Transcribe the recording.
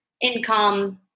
income